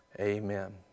Amen